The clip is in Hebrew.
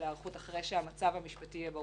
להיערכות אחרי שהמצב המשפטי יהיה ברור.